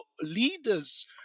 leaders